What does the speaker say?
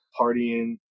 partying